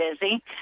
busy